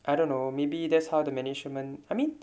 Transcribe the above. I don't know maybe that's how the management I mean